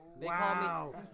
wow